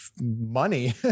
money